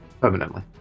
Permanently